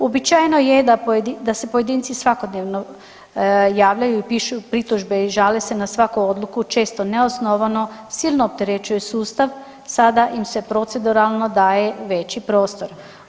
Uobičajeno je da se pojedinci svakodnevno javljaju i pišu pritužbe i žale se na svaku odluku često neosnovano silno opterećuje sustav sada im se proceduralno daje veći prostor.